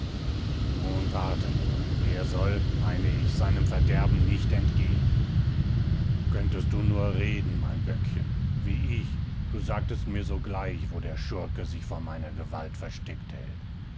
nun warte nur der soll meine ich seinem verderben nicht entgehen könntest du nur reden mein böckchen wie ich du sagtest mir sogleich wo der schurke sich vor meiner gewalt versteckt hält